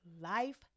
life